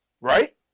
right